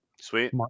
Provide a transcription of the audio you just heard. sweet